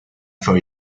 for